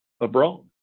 abroad